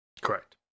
Correct